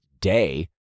day